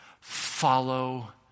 follow